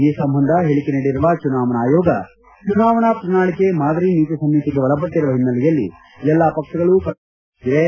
ಈ ಸಂಬಂಧ ಹೇಳಿಕೆ ನೀಡಿರುವ ಚುನಾವಣಾ ಆಯೋಗ ಚುನಾವಣಾ ಪ್ರಣಾಳಿಕೆ ಮಾದರಿ ನೀತಿ ಸಂಹಿತೆಗೆ ಒಳಪಟ್ಟರುವ ಹಿನ್ನೆಲೆಯಲ್ಲಿ ಎಲ್ಲಾ ಪಕ್ಷಗಳು ಕಟ್ಟುನಿಟ್ಟಾಗಿ ಪಾಲಿಸಬೇಕಾಗಿದೆ